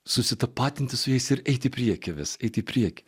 susitapatinti su jais ir eiti į priekį vis eiti į priekį